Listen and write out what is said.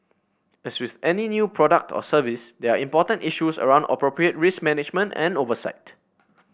as with any new product or service there are important issues around appropriate risk management and oversight